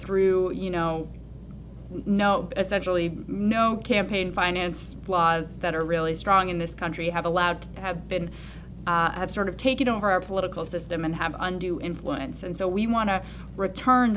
true you know no essentially no campaign finance laws that are really strong in this country have allowed have been a sort of take it over our political system and have undue influence and so we want to return